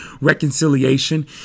reconciliation